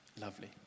lovely